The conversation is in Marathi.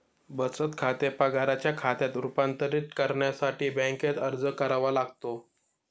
बचत खाते पगाराच्या खात्यात रूपांतरित करण्यासाठी बँकेत अर्ज करावा लागतो